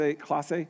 Classe